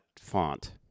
font